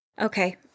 Okay